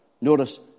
Notice